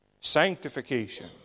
Sanctification